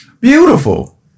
Beautiful